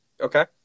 Okay